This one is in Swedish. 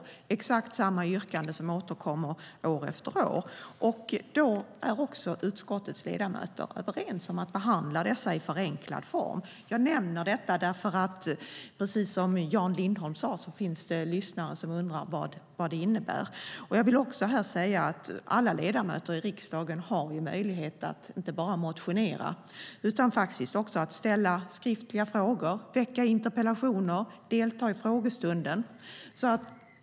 Det är exakt samma yrkanden som återkommer år efter år, och då är utskottets ledamöter överens om att behandla dessa i förenklad form. Jag nämner detta därför att det precis som Jan Lindholm sade finns lyssnare som undrar vad det innebär. Jag vill här också säga att alla ledamöter i riksdagen har möjlighet att inte bara motionera utan också ställa skriftliga frågor, ställa interpellationer och delta i frågestunden.